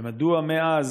2. מדוע מאז,